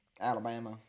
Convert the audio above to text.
Alabama